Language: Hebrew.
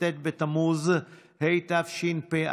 כ"ט בתמוז התשפ"א,